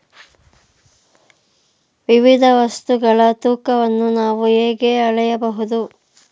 ವಿವಿಧ ವಸ್ತುಗಳ ತೂಕವನ್ನು ನಾವು ಹೇಗೆ ಅಳೆಯಬಹುದು?